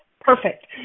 Perfect